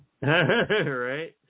Right